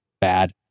bad